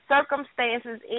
circumstances